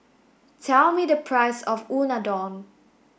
tell me the price of Unadon